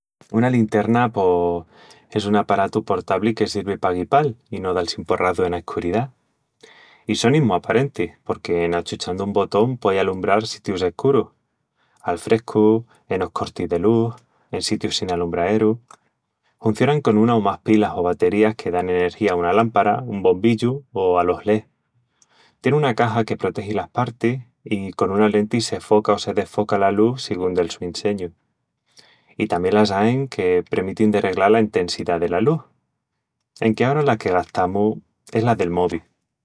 Una literna... pos... es un aparatu portabli que sirvi pa guipal i no dal-si un porrazu ena escuridá. I sonin mu aparentis porque en achuchandu un botón puei alumbral sitius escurus: al frescu, enos cortis de lus, en sitius sin alumbraeru... Huncionan con una o más pilas o baterías que dan energía a una lámpara, un bombillu o alos LED. Tien una caxa que protegi las partis i con una lenti se foca o se desfoca la lus sigún del su inseñu. I tamién las ain que premitin de reglal la entesidá dela lus. Enque ara la que gastamus es la del mobi.